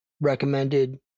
recommended